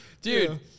Dude